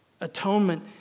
Atonement